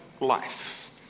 life